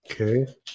Okay